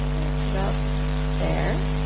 just about there.